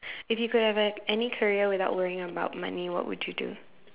if you could have a any career without worrying about money what would you do